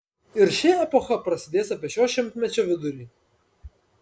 ir ši epocha prasidės apie šio šimtmečio vidurį